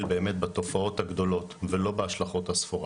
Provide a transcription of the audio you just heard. באמת בתופעות הגדולות ולא בהשלכות הספורדיות,